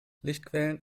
lichtquellen